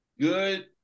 good